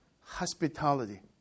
hospitality